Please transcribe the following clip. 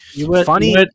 funny